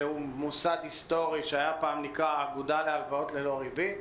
שהוא מוסד היסטורי שפעם נקרא "האגודה להלוואות ללא ריבית".